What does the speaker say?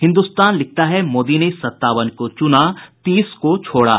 हिन्दुस्तान लिखता है मोदी ने सत्तावन को चुना तीस को छोड़ा